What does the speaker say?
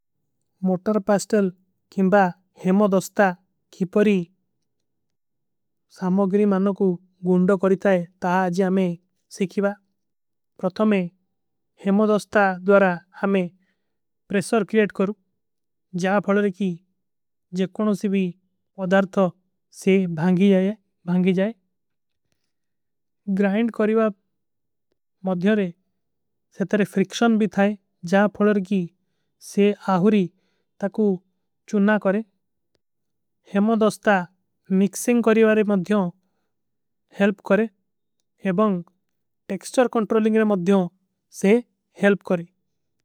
Motor pestle କିଂବା ହେମୋଧସ୍ତା କୀ ପରୀ। ସାମୋଗରୀ ମନନ କୁ। ଗୁଂଡୋ କରିତା ହୈ ତାଜ ହମେଂ ସିଖିଵା ପ୍ରଥମେ। ହେମୋଧସ୍ତା ଦ୍ଵାରା ହମେଂ ପ୍ରେସର କ୍ରିଯେଟ କରୂ। ଜାପଲରେ କୀ ଜକ୍କଣୋଂ ସେ ଭୀ ପଦାର୍ଥଵ ସେ। ଭାଂଗୀ ଜାଏ ଗ୍ରାଇଂଡ କରିଵା ମଧ୍ଯାରେ ସେ ତରେ। ଫ୍ରିକ୍ଷନ ଭୀ ଥାଏ ଜାପଲର କୀ ସେ ଆହୁରୀ। ତକୁ ଚୁନ୍ଣା କରେହେ ମୋଧସ୍ତା ମିକ୍ସିଂଗ। କରିଵାରେ ମଧ୍ଯାରେ ହେଲ୍ପ କରେ ଏବଂଗ ଟେକ୍ସ୍ଟର। କଂଟ୍ରୋଲିଂଗରେ ମଧ୍ଯାରେ ସେ ହେଲ୍ପ କରେ।